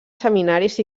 seminaris